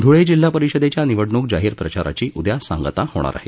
ध्ळे जिल्हा परिषदेच्या निवडणूक जाहीर प्रचाराची उद्या सांगता होणार आहे